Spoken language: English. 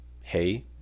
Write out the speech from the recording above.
hey